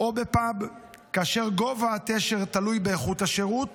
או בפאב, כאשר גובה התשר תלוי באיכות השירות